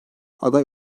aday